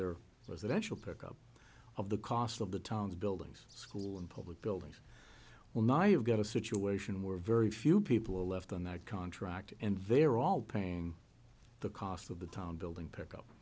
presidential pick up of the cost of the town's buildings school and public buildings well now you've got a situation where very few people left on that contract and they're all paying the cost of the town building pick up